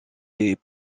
est